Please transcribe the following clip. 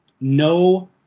no